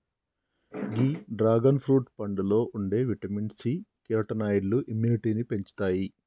గీ dragon fruit పండులో ఉండే vitamin C, కెరోటినాయిడ్లు ఇమ్యునిటీని పెంచుతాయి